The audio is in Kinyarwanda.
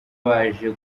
baje